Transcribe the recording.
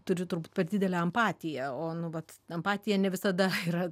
turiu turbūt per didelę empatiją o nu vat empatija ne visada yra